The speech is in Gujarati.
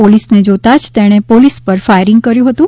પોલીસને જોતાં જ તેણે પોલીસ પર ફાયરિંગ કર્યું હતું